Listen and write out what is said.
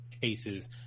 cases –